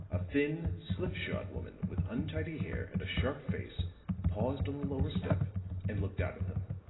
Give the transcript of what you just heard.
a thin, slipshod woman with untidy hair and a sharp face paused on the lower step and looked out at them.